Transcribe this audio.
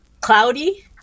cloudy